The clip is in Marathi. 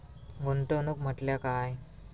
गुंतवणूक म्हटल्या काय?